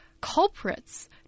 culprits